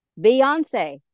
beyonce